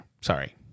Sorry